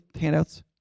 handouts